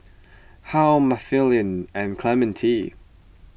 Harl Mathilde and Clemente